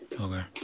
Okay